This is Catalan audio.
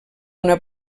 una